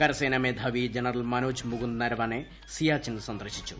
കരസേനാ മേധാവി ജനറൽ മനോജ് മുകുന്ദ് നരവണെ സിയാച്ചിൻ സന്ദർശിച്ചു